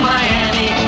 Miami